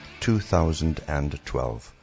2012